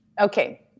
Okay